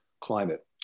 climate